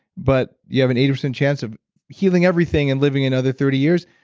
but you have an eighty percent chance of healing everything and living another thirty years.